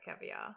caviar